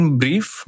brief